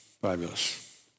Fabulous